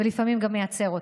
ולפעמים גם מייצר אותו.